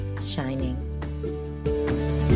shining